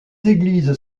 églises